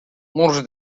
murs